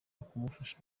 bikamufasha